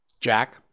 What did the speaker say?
Jack